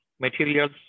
materials